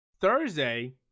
Thursday